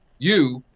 you,